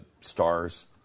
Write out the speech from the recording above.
stars